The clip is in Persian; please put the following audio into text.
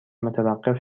متوقف